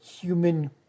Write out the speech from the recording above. human